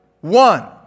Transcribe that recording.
one